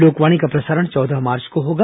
लोकवाणी का प्रसारण चौदह मार्च को होगा